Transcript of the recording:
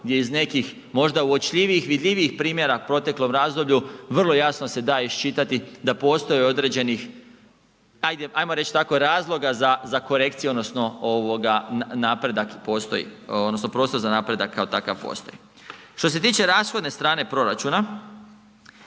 gdje iz nekih možda uočljivijih, vidljivijih primjera u proteklom razdoblju vrlo jasno se da iščitati da postoje određeni ajmo reći tako razloga za korekciju odnosno napredak prostor za napredak kao takav postoji. Što se tiče rashodne strane proračuna,